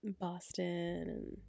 Boston